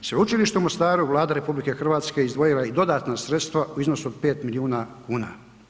Sveučilište u Mostaru Vlada RH izdvojila je i dodatna sredstva u iznosu od 5 milijuna kuna.